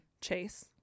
chase